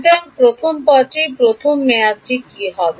সুতরাং প্রথম পদটি প্রথম মেয়াদটি কী হবে